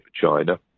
China